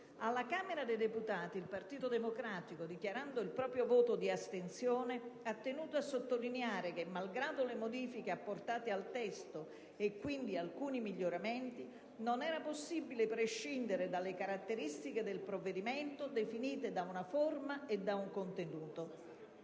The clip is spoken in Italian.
Alla Camera dei deputati il Partito Democratico, dichiarando il proprio voto di astensione, ha tenuto a sottolineare che, malgrado le modifiche apportate al testo e quindi alcuni miglioramenti, non era possibile prescindere dalle caratteristiche del provvedimento definite da una forma e da un contenuto.